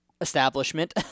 establishment